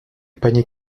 panier